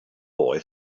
boy